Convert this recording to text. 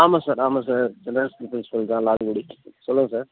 ஆமாம் சார் ஆமாம் sir matriculation school தான் லால்குடி சொல்லுங்கள் சார்